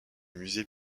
musées